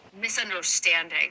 misunderstanding